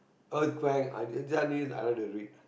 earthquake I like to read